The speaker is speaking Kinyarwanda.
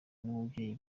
n’ababyeyi